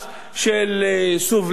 של סובלנות,